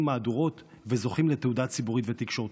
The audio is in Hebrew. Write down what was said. מהדורות וזוכים לתהודה ציבורית ותקשורתית.